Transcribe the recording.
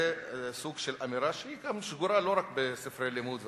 זה סוג של אמירה שהיא שגורה לא רק בספרי לימוד וכו'.